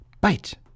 bite